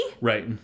Right